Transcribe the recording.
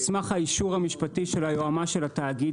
על סמך האישור המשפטי של היועמ"ש של התאגיד,